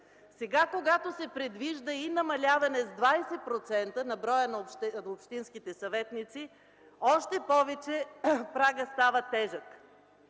Сега, когато се предвижда и намаляване с 20% на броя на общинските съветници, още повече прагът става тежък.